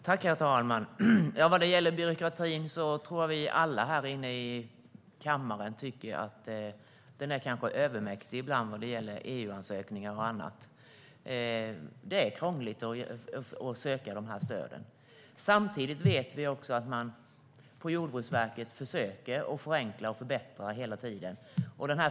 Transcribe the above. Herr talman! Vad gäller byråkratin tror jag att vi alla här i kammaren tycker att den är övermäktig ibland när det gäller EU-ansökningar och annat. Det är krångligt att söka de här stöden. Samtidigt vet vi att man på Jordbruksverket hela tiden försöker att förenkla och förbättra.